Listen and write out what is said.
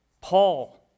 Paul